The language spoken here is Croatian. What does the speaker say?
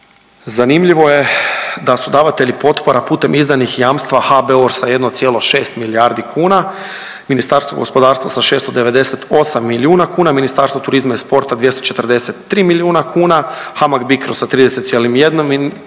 Zanimljivo je da su davatelji potpora putem izdanih jamstva HBOR sa 1,6 milijardi kuna, Ministarstvo gospodarstva sa 698 milijuna kuna, Ministarstvo turizma i sporta 243 milijuna kuna, HAMAG-BICRO sa 30,1 milijun kuna,